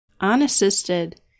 Unassisted